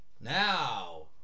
Now